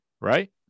right